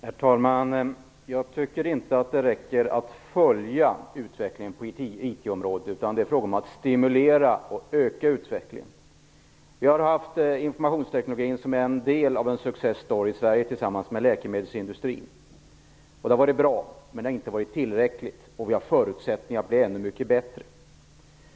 Herr talman! Jag tycker inte att det räcker att följa utvecklingen på IT-området. Det är fråga om att stimulera och öka utvecklingen. Vi har haft informationstekniken som en del av en success story i Sverige tillsammans med läkemedelsindustrin. Det har varit bra, men det har inte varit tillräckligt. Vi har förutsättningar att bli ännu mycket bättre.